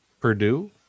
Purdue